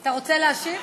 אתה רוצה להשיב?